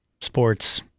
sports